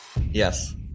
yes